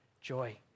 joy